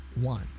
one